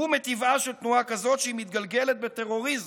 ומטבעה של תנועה כזאת שהיא מתגלגלת בטרוריזם,